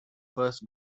first